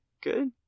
Good